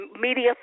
media